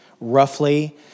roughly